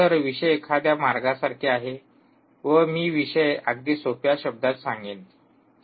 तर विषय एखाद्या मार्गासारखे आहे व मी विषय अगदी सोप्या शब्दात सांगेन